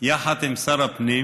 עם שר הפנים